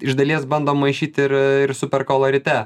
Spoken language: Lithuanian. iš dalies bandom maišyt ir ir superkolorite